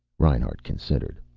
reinhart considered.